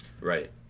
Right